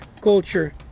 culture